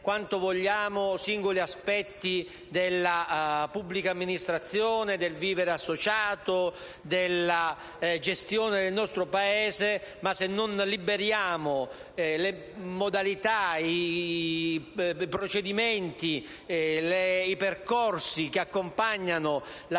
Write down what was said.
quanto vogliamo i singoli aspetti della pubblica amministrazione, del vivere associato, della gestione del nostro Paese. Ma, se non liberiamo le modalità, i procedimenti, i percorsi che accompagnano la